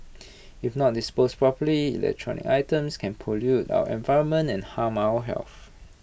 if not disposed properly electronic items can pollute our environment and harm our health